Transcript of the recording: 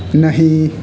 نہیں